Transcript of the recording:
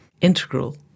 integral